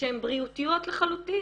שהן בריאותיות לחלוטין.